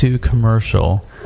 commercial